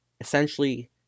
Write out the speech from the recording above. essentially